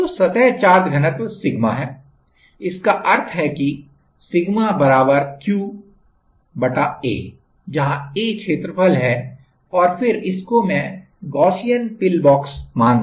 तो सतह चार्ज घनत्व सिग्मा है इसका अर्थ है कि सिग्मा Q A जहां A क्षेत्रफल है और फिर इसको मैं गॉसियन पिलबॉक्स मानता लेता हूं